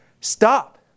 Stop